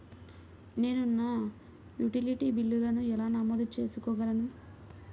నేను నా యుటిలిటీ బిల్లులను ఎలా నమోదు చేసుకోగలను?